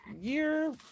year